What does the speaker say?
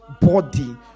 body